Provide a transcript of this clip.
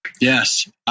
Yes